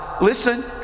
Listen